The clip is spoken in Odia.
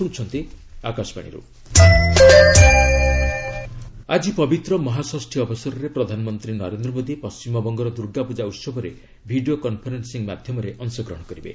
ପିଏମ୍ ଦୁର୍ଗାପୂଜା ଆଜି ପବିତ୍ର ମହାଷଷ୍ଠୀ ଅବସରରେ ପ୍ରଧାନମନ୍ତ୍ରୀ ନରେନ୍ଦ୍ର ମୋଦୀ ପଶ୍ଚିମବଙ୍ଗର ଦୁର୍ଗାପୂଜା ଉତ୍ସବରେ ଭିଡ଼ିଓ କନ୍ଫରେନ୍ସିଂ ମାଧ୍ୟମରେ ଅଂଶଗ୍ରହଣ କରିବେ